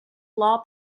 law